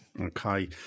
Okay